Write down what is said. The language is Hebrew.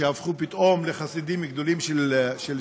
שהפכו פתאום לחסידים גדולים של שקיפות,